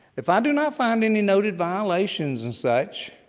if i do not find any noted violations and such,